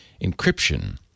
encryption